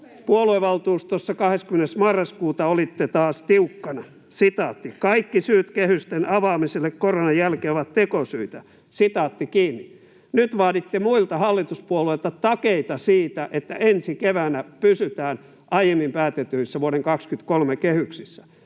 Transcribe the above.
Puoluevaltuustossa 20. marraskuuta olitte taas tiukkana: ”Kaikki syyt kehysten avaamiselle koronan jälkeen ovat tekosyitä.” Nyt vaaditte muilta hallituspuolueilta takeita siitä, että ensi keväänä pysytään aiemmin päätetyissä vuoden 23 kehyksissä.